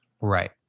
Right